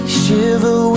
shiver